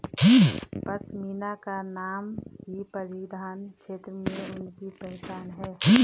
पशमीना का नाम ही परिधान क्षेत्र में उसकी पहचान है